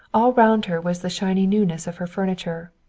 all round her was the shiny newness of her furniture,